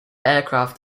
aircraft